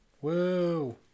whoa